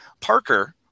Parker